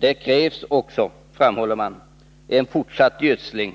Det krävs också, framhåller man, fortsatt gödsling,